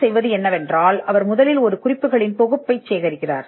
இப்போது தேடுபவர் என்ன செய்வார் என்பது அவர் முதலில் குறிப்புகளின் தொகுப்பை சேகரிப்பார்